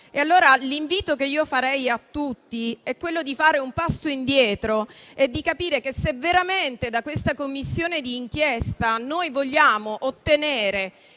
Allora l'invito che farei a tutti è fare un passo indietro e capire che, se veramente da questa Commissione di inchiesta vogliamo ottenere